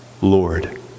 Lord